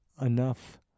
enough